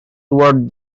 toward